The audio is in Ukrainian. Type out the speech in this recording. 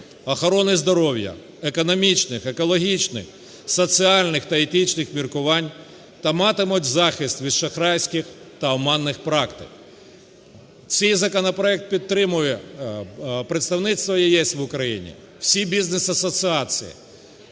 охорони здоров'я, економічних, екологічних, соціальних та етичних міркувань, та матимуть захист від шахрайських та оманних практик. Цей законопроект підтримує представництво ЄС в Україні, всі бізнес-асоціації,